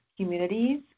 communities